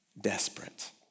desperate